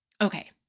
Okay